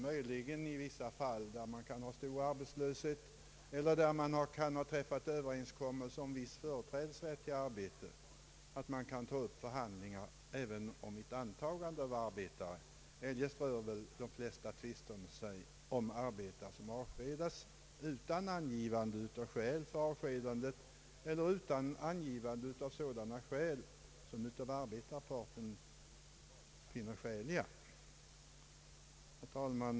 Möjligen kan man i vissa fall, när det råder stor arbetslöshet eller det har träffats en överenskommelse om viss företrädesrätt till arbete, ta upp förhandlingar även om antagande av arbetare. Eljest rör sig väl de flesta tvisterna om arbetare som avskedas utan angivande av skäl för avskedandet eller utan angivande av sådana skäl som arbetarparten finner godtagbara. Herr talman!